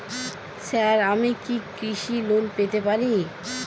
Sir আমি কি কৃষি লোন পেতে পারি?